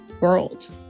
world